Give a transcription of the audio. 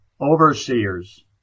OVERSEERS